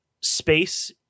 space